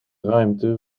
ruimte